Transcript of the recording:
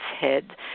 head